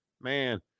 man